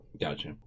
Gotcha